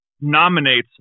nominates